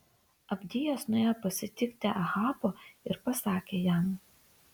abdijas nuėjo pasitikti ahabo ir pasakė jam